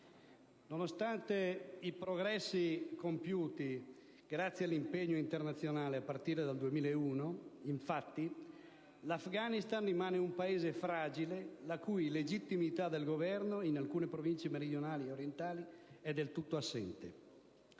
Nonostante i progressi compiuti grazie all'impegno internazionale a partire dal 2001, infatti, l'Afghanistan rimane un Paese fragile, la legittimità del cui Governo, in alcune province meridionali ed orientali, è del tutto assente.